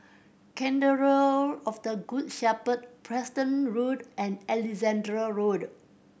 Cathedral of the Good Shepherd Preston Road and Alexandra Road